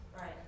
right